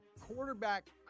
quarterback